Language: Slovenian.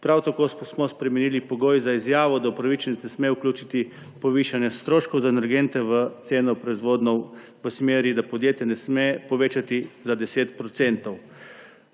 Prav tako smo spremenili pogoj za izjavo, da upravičenec ne sme vključiti povišanja stroškov za energente v ceno proizvodov v smeri, da podjetje ne sme povečati za 10 %.